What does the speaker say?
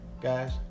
guys